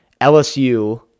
LSU